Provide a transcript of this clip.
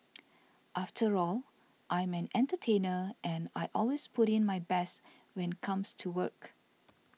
after all I'm an entertainer and I always put in my best when comes to work